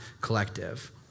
Collective